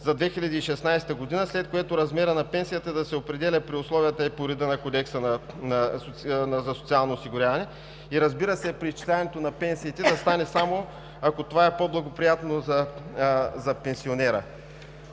за 2016 г., след което размерът на пенсията да се определя при условията и по реда на Кодекса за социално осигуряване. Разбира се, преизчисляването на пенсиите да стане само ако това е по-благоприятно за пенсионера.